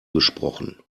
gesprochen